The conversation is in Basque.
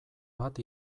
bat